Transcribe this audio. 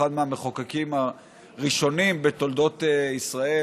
אחד מהמחוקקים הראשונים בתולדות ישראל,